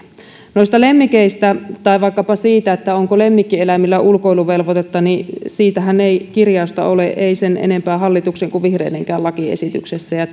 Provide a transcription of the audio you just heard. noista lemmikeistä tai vaikkapa siitä onko lemmikkieläimillä ulkoiluvelvoitetta ei kirjausta ole ei sen enempää hallituksen kuin vihreidenkään lakiesityksessä ja